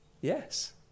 Yes